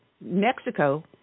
Mexico